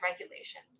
regulation